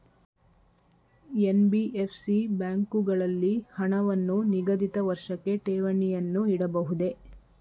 NBFC ಬ್ಯಾಂಕುಗಳಲ್ಲಿ ಹಣವನ್ನು ನಿಗದಿತ ವರ್ಷಕ್ಕೆ ಠೇವಣಿಯನ್ನು ಇಡಬಹುದೇ?